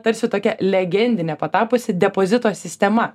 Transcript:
tarsi tokia legendine patapusi depozito sistema